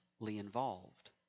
involved